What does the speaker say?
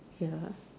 ya